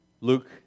Luke